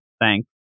Thanks